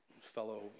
fellow